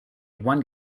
one